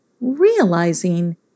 realizing